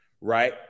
Right